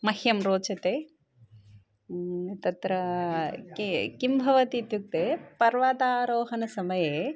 मह्यं रोचते तत्र के किं भवति इत्युक्ते पर्वतारोहणसमये